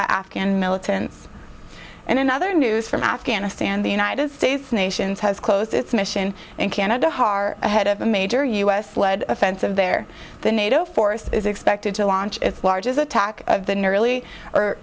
afghan militants and in other news from afghanistan the united states nations has closed its mission in canada har ahead of a major u s led offensive there the nato force is expected to launch its largest attack of the nearly or